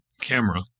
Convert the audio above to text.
camera